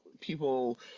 people